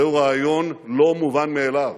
זהו רעיון לא מובן מאליו